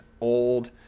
old